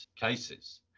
cases